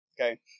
Okay